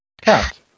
Cat